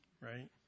right